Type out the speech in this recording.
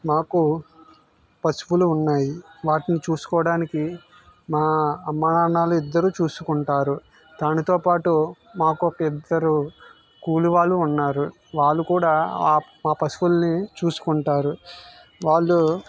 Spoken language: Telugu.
మాకు పశువులు ఉన్నాయి వాటిని చూసుకోడానికి మా అమ్మానాన్నలు ఇద్దరు చూసుకుంటారు దానితోపాటు మాకు ఒక ఇద్దరు కూలి వాళ్ళు ఉన్నారు వాళ్ళు కూడా మా పశువులని చూసుకుంటారు వాళ్ళు